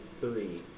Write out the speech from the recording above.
three